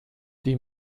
die